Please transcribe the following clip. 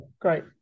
great